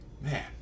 man